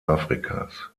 afrikas